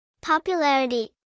Popularity